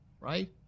right